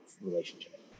relationship